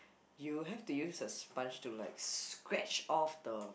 you will have to use the sponge to like scratch off the